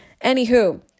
anywho